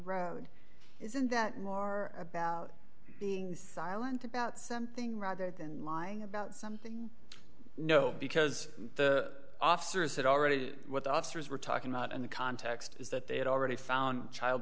road isn't that more about being silent about something rather than lying about something you know because the officers had already knew what officers were talking about and the context is that they had already found child